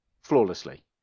flawlessly